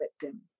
victim